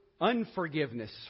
unforgiveness